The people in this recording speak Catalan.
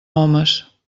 homes